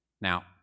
Now